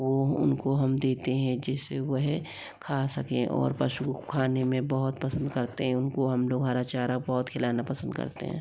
वह उनको हम देते हैं जिससे वहे खा सके और पशु खाने में बहुत पसंद करते हैं उनको हम लोग हरा चारा बहुत खिलाना पसंद करते है